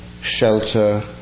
shelter